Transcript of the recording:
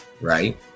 right